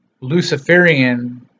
luciferian